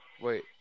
Wait